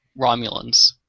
Romulans